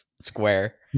square